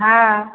हाँ